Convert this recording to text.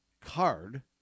card